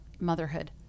motherhood